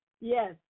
Yes